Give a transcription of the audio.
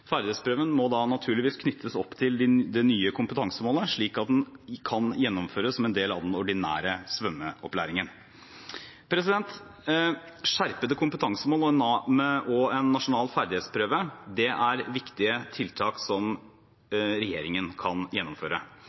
Ferdighetsprøven må naturligvis knyttes til det nye kompetansemålet, slik at den kan gjennomføres som en del av den ordinære svømmeopplæringen. Skjerpede kompetansemål og en nasjonal ferdighetsprøve er viktige tiltak som regjeringen kan gjennomføre.